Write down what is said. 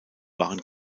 waren